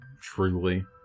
truly